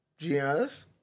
Giannis